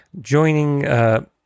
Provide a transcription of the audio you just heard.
joining